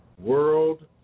world